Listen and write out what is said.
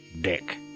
Dick